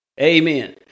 Amen